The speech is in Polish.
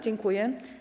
Dziękuję.